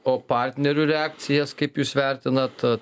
o partnerių reakcijas kaip jūs vertinat